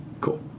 Cool